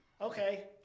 Okay